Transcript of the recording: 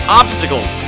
obstacles